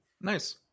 Nice